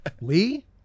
Lee